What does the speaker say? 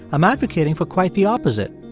i'm advocating for quite the opposite.